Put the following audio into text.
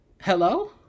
Hello